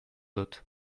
dut